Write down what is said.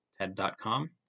TED.com